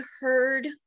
heard